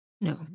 No